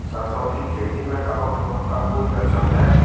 सरसों की खेती में कवक रोग का कोई लक्षण है?